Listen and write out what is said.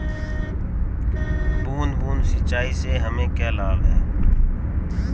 बूंद बूंद सिंचाई से हमें क्या लाभ है?